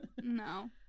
No